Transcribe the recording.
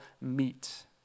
meet